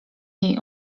jej